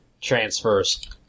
transfers